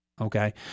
okay